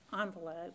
envelope